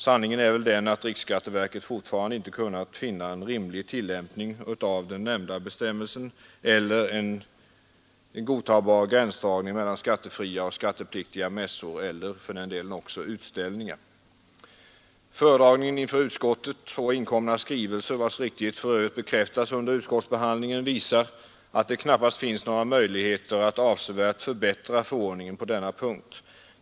Sanningen är väl den, att riksskatteverket fortfarande inte har kunnat finna en rimlig tillämpning av den nämnda bestämmelsen eller en godtagbar gränsdragning mellan skattefria och skattepliktiga mässor eller utställningar. Föredragningen inför utskottet och inkomna skrivelser, vilkas riktighet för övrigt bekräftats under utskottsbehandlingen, visar att det knappast finns några möjligheter att avsevärt förbättra förordningen på denna punkt.